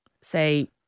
say